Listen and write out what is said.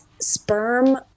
sperm